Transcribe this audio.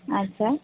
अच्छा